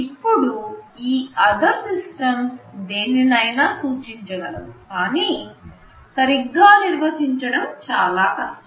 ఇప్పుడు ఈ మిగతా వ్యవస్థ లు దేన్నైనా సూచించగలవు కానీ సరిగ్గా నిర్వచించడం చాలా కష్టం